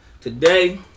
Today